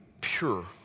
pure